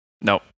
no